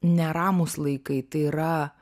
neramūs laikai tai yra